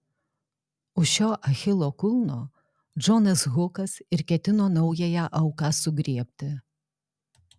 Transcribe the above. už šio achilo kulno džonas hukas ir ketino naująją auką sugriebti